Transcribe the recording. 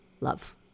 love